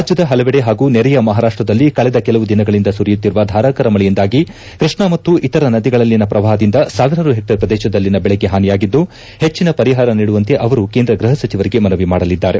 ರಾಜ್ಯದ ಪಲವೆಡೆ ಪಾಗೂ ನೆರೆಯ ಮಹಾರಾಷ್ಷದಲ್ಲಿ ಕಳೆದ ಕೆಲವು ದಿನಗಳಿಂದ ಸುರಿಯುತ್ತಿರುವ ಧಾರಾಕಾರ ಮಳೆಯಿಂದಾಗಿ ಕೃಷ್ಣಾ ಮತ್ತು ಇತರ ನದಿಗಳಲ್ಲಿನ ಪ್ರವಾಹದಿಂದ ಸಾವಿರಾರು ಹೆಕ್ಷೇರ್ ಪ್ರದೇಶದಲ್ಲಿನ ದೆಳೆಗೆ ಹಾನಿಯಾಗಿದ್ದು ಹೆಚ್ಚಿನ ಪರಿಹಾರ ನೀಡುವಂತೆ ಅವರು ಕೇಂದ್ರ ಗೃಹ ಸಚಿವರಿಗೆ ಮನವಿ ಮಾಡಲಿದ್ದಾರೆ